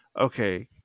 Okay